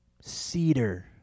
cedar